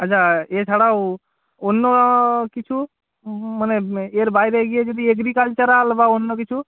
আচ্ছা এছাড়াও অন্য কিছু মানে এর বাইরে গিয়ে যদি এগ্রিকালচারাল বা অন্য কিছু